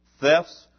thefts